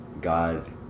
God